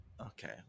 Okay